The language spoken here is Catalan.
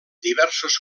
diversos